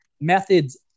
methods